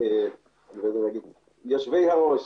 יושבי הראש,